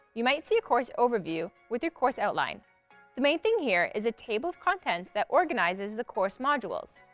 you might see a course overview with your course outline. but the main thing here is a table of contents that organizes the course modules.